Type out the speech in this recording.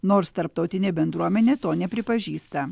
nors tarptautinė bendruomenė to nepripažįsta